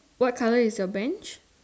what colour is your Bench